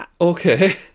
okay